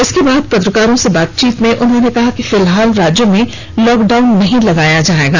इसके बाद पत्रकारों से बातचीत में उन्होंने कहा कि फिलहाल राज्य में लॉकडाउन नहीं लगाया जाएगा